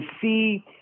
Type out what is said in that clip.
see